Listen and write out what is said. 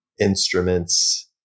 instruments